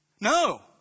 No